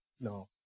No